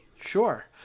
sure